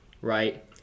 right